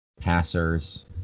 passers